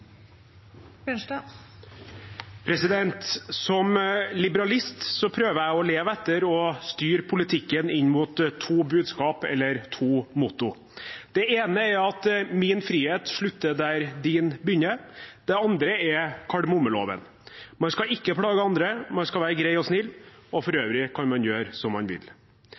skje. Som liberalist prøver jeg å leve etter å styre politikken inn mot to budskap, eller to mottoer. Det ene er at min frihet slutter der din begynner. Det andre er kardemommeloven. Man skal ikke plage andre, man skal være grei og snill, og for øvrig kan man gjøre som man vil.